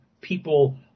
people